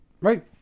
right